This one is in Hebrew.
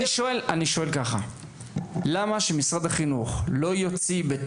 אני שואל למה שמשרד החינוך לא יכלול גם את